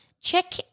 Check